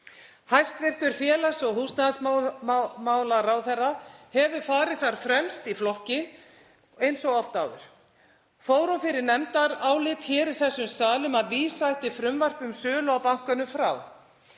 Hæstv. félags- og húsnæðismálaráðherra hefur farið þar fremst í flokki eins og oft áður. Fór hún fyrir nefndaráliti hér í þessum sal um að vísa ætti frumvarpi um sölu á bankanum frá.